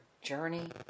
journey